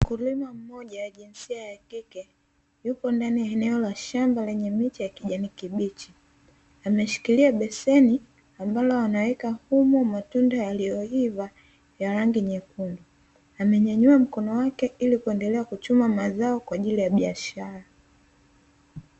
Mkulima mmoja jinsia ya kike yupo ndani ya eneo la shamba ya miche ya kijani kibichi, ameshikilia beseni ambalo wanaweka humo matunda yaliyoiva ya rangi nyekundu, amenyanyua mkono wake ili kuendelea kuchuma mazao kwaajili ya biashara.